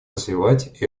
развивать